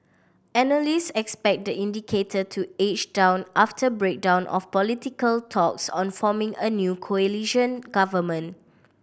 analyst expect the indicator to edge down after breakdown of political talks on forming a new coalition government